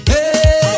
Hey